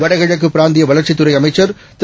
வடகிழக்குபிராந்தியவளர்ச்சித்துறைஅமைச்சர்திரு